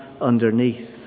underneath